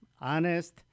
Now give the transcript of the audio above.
honest